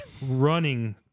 running